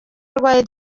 arwaye